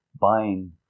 buying